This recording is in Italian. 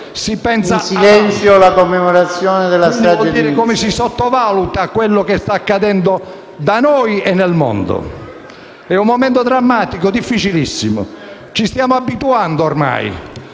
in silenzio la commemorazione della strage di